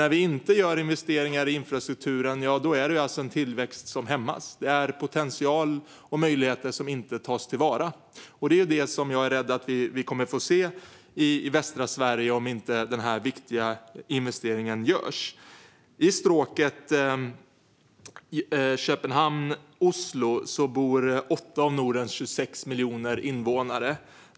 När vi inte gör investeringar i infrastrukturen hämmas nämligen tillväxten. Det är potential och möjligheter som inte tas till vara. Det är detta som jag är rädd att vi kommer att få se i västra Sverige om inte denna viktiga investering görs. I stråket Köpenhamn-Oslo bor 8 av Nordens 26 miljoner invånare.